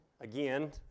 again